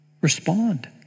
respond